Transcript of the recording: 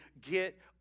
get